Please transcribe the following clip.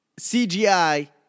CGI